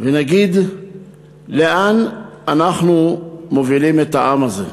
ונגיד לאן אנחנו מובילים את העם הזה?